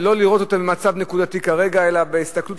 ולא לראות אותם במצב נקודתי כרגע אלא בהסתכלות